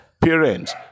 parents